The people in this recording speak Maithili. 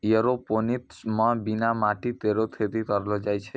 एयरोपोनिक्स म बिना माटी केरो खेती करलो जाय छै